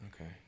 okay